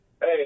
hey